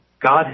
God